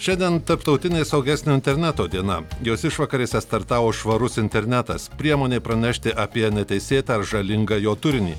šiandien tarptautinė saugesnio interneto diena jos išvakarėse startavo švarus internetas priemonė pranešti apie neteisėtą ar žalingą jo turinį